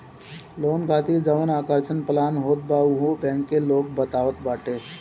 loan खातिर जवन आकर्षक प्लान होत बा उहो बैंक लोग के बतावत बाटे